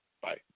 Bye